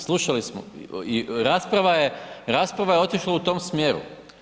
Slušali smo, i rasprava je, rasprava je otišla u tom smjeru.